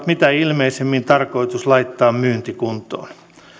mitä ilmeisimmin tarkoitus laittaa myyntikuntoon